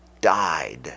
died